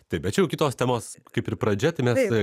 tačiau kitos temos kaip ir pradžia tame veide